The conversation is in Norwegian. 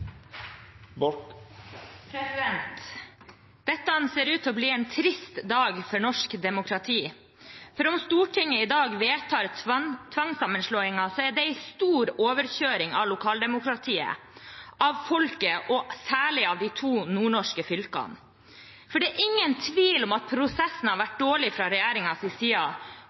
Dette ser ut til å bli en trist dag for norsk demokrati, for om Stortinget i dag vedtar tvangssammenslåinger, er det en stor overkjøring av lokaldemokratiet, av folket og særlig av de to nordnorske fylkene. Det er ingen tvil om at prosessen har vært dårlig fra regjeringens side,